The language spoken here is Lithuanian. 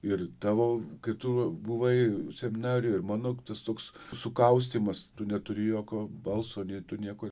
ir tavo kai tu buvai seminarijoj ir mano tas toks sukaustymas tu neturi jokio balso nei tu nieko